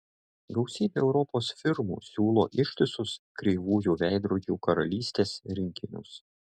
gausybė europos firmų siūlo ištisus kreivųjų veidrodžių karalystės rinkinius